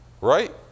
right